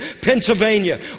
Pennsylvania